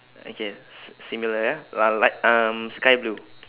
okay s~ similar ah la~ light um sky blue